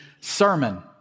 sermon